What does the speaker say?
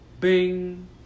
bing